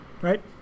right